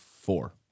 four